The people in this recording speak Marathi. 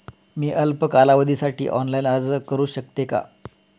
मी अल्प कालावधीसाठी ऑनलाइन अर्ज करू शकते का?